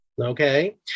Okay